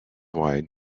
wide